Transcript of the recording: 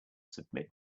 submit